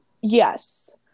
Yes